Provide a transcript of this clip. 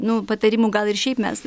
nu patarimų gal ir šiaip mes